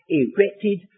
erected